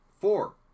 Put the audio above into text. Four